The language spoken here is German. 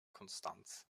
konstanz